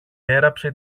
έραψε